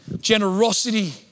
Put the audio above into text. Generosity